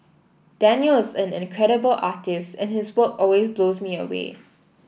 Daniel is an incredible artist and his work always blows me away